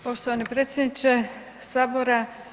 Poštovani predsjedniče sabora.